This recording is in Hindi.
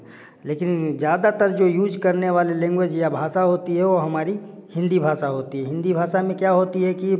लेकिन ज़्यादातर जो यूज करने वाली लैंग्वेज या भाषा होती है वह हमारी हिंदी भाषा होती है हिंदी भाषा में क्या होती है कि